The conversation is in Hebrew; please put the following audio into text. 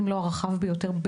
אם לא הרחב ביותר,